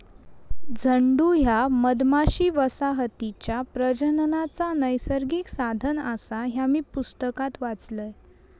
झुंड ह्या मधमाशी वसाहतीचा प्रजननाचा नैसर्गिक साधन आसा, ह्या मी पुस्तकात वाचलंय